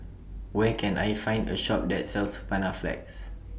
Where Can I Find A Shop that sells Panaflex